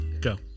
Go